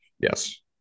Yes